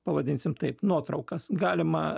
pavadinsim taip nuotraukas galima